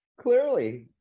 Clearly